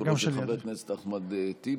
את קולו של חבר הכנסת אחמד טיבי,